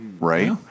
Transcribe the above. right